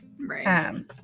Right